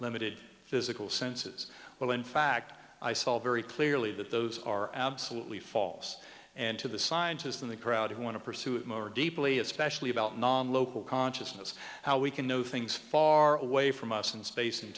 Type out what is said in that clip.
limited physical senses well in fact i solve very clearly that those are absolutely false and to the scientist in the crowd who want to pursue it more deeply especially about non local consciousness how we can know things far away from us in space and